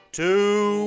two